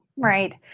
Right